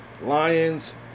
Lions